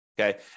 okay